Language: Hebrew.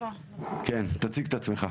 כן, תציג את עצמך?